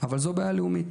אבל זו בעיה לאומית.